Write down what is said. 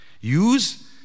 Use